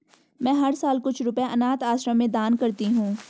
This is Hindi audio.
मैं हर साल कुछ रुपए अनाथ आश्रम में दान करती हूँ